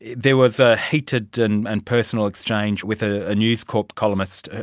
there was a heated and and personal exchange with a a news corp columnist,